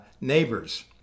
Neighbors